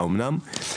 האמנם?